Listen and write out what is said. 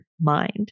mind